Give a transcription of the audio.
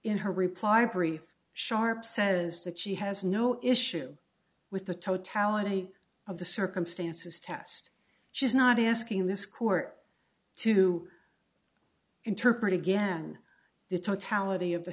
in her reply brief sharp says that she has no issue with the totality of the circumstances test she is not asking this court to interpret again the t